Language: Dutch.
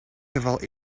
geval